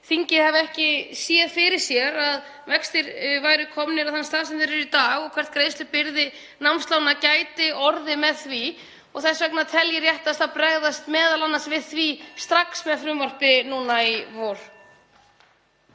þingið hafi ekki séð fyrir sér að vextir væru komnir á þann stað sem þeir eru í dag og hver greiðslubyrði námslána gæti orðið með því. Þess vegna tel ég réttast að bregðast m.a. við því strax með frumvarpi núna í vor.